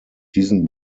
diesen